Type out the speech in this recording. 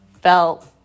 felt